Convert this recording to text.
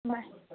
bye